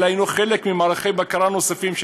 אלא הנו חלק ממערכי בקרה נוספים של